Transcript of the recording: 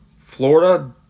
Florida